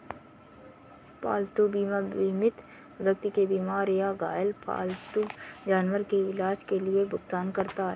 पालतू बीमा बीमित व्यक्ति के बीमार या घायल पालतू जानवर के इलाज के लिए भुगतान करता है